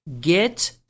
Get